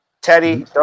Teddy